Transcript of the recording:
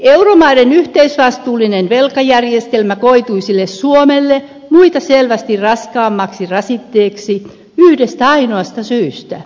euromaiden yhteisvastuullinen velkajärjestelmä koituisi suomelle muita selvästi raskaammaksi rasitteeksi yhdestä ainoasta syystä